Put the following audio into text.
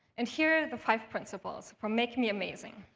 and here are the five principles for make me amazing.